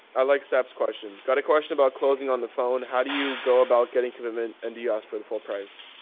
i like steps question. got a question about closing on the phone. how do you go about getting commitment? and do you ask for the full price?